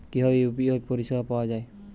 কিভাবে ইউ.পি.আই পরিসেবা পাওয়া য়ায়?